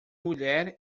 mulher